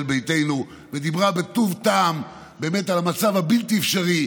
ביתנו ודיברה בטוב טעם על המצב הבלתי-אפשרי,